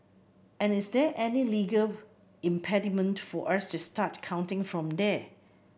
and is there any legal impediment for us to start counting from there